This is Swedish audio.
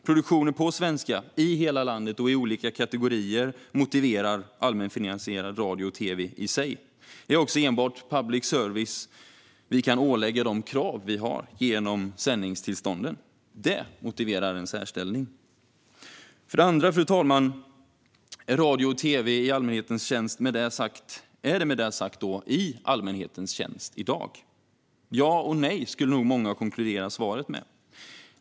Produktioner på svenska i hela landet och i olika kategorier motiverar allmänfinansierad radio och tv i sig. Det är också enbart genom sändningstillstånden för public service vi kan ålägga krav. Det motiverar en särställning. För det andra: Är radio och tv i allmänhetens tjänst, fru talman, med detta sagt i allmänhetens tjänst i dag? Ja och nej, skulle nog många konkludera svaret.